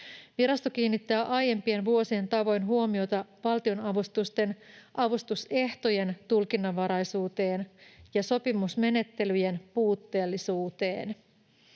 Virasto kiinnittää aiempien vuosien tavoin huomiota valtionavustusten avustusehtojen tulkinnanvaraisuuteen ja sopimusmenettelyjen puutteellisuuteen.